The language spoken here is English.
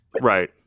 right